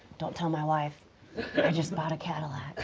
don't tell my wife, i just bought a cadillac.